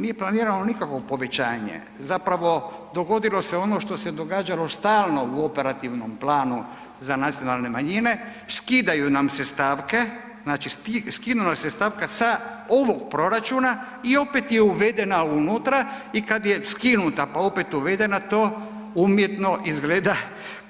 Nije planirano nikakvo povećanje, zapravo dogodilo se ono što se događalo stalno u operativnom planu za nacionalne manjine, skidaju nam se stavke, znači skinula se stavka sa ovog proračuna i opet je uvedena unutra i kada je skinuta i opet uvedena to umjetno izgleda